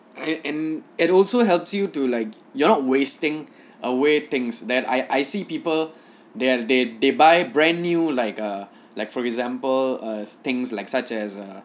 and and and also helps you to like you're not wasting away things that I I I see people they're they they buy brand new like uh like for example uh things like such as a